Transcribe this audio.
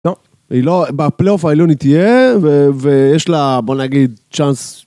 בפלייאוף העליון היא תהיה ויש לה בוא נגיד צ'אנס